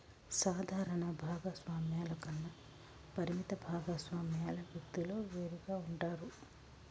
సాధారణ భాగస్వామ్యాల కన్నా పరిమిత భాగస్వామ్యాల వ్యక్తులు వేరుగా ఉంటారు